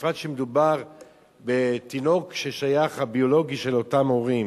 בפרט כשמדובר בתינוק הביולוגי של אותם הורים?